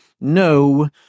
no